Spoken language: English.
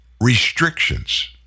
restrictions